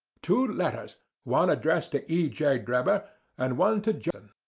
two letters one addressed to e. j. drebber and one to joseph